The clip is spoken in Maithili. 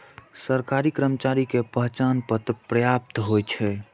सरकारी कर्मचारी के पहचान पत्र पर्याप्त होइ छै